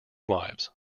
wives